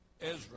Ezra